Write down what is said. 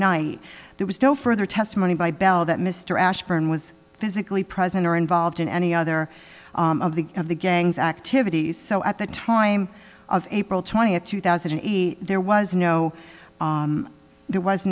night there was no further testimony by bell that mr ashburn was physically present or involved in any other of the of the gang's activities so at the time of april twentieth two thousand and eight there was no there was